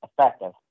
effective